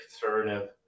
conservative